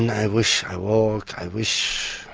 and i wish i work, i wish,